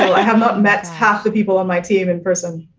i have not met half the people on my team in person